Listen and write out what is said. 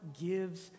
gives